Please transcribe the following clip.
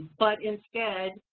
but instead,